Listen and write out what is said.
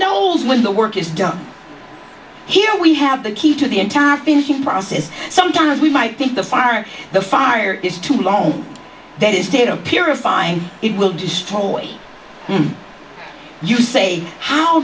knows when the work is done here we have the key to the entire thinking process sometimes we might think the fire in the fire is too long there is data purifying it will destroy and you say how